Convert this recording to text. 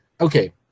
okay